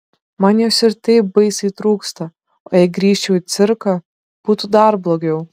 man jos ir taip baisiai trūksta o jei grįžčiau į cirką būtų dar blogiau